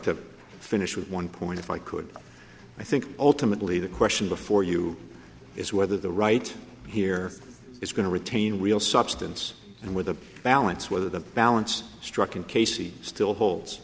to finish with one point if i could i think ultimately the question before you is whether the right here is going to retain real substance and where the balance whether the balance struck in casey still holds